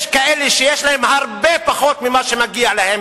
יש כאלה שיש להם הרבה פחות ממה שמגיע להם